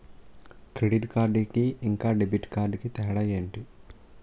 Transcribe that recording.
Credit card కి ఇంకా debit card కి తేడా ఏంటి?